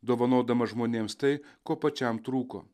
dovanodamas žmonėms tai ko pačiam trūko